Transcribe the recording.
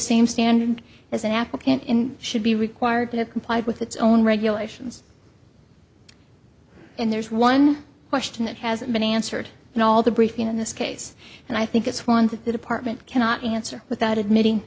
same standard as an applicant in should be required to comply with its own regulations and there's one question that hasn't been answered in all the briefing in this case and i think it's one that the department cannot answer without admitting